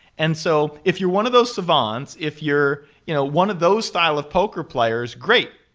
and so if you're one of those savants, if you're you know one of those style of poker players, great!